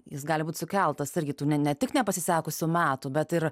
jis gali būt sukeltas irgi tų ne ne tik nepasisekusių metų bet ir